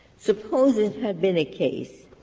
suppose it had been a case,